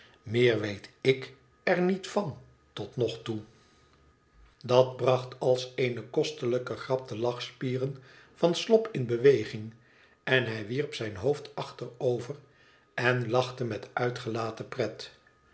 meer weet ik er niet van tot nog toe dat bracht als eene kostelijke grap de lachspieren van slop in beweging en hij wierp zijn hoofd achterover en lachte met uitgelaten pret